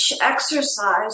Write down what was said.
exercise